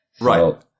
Right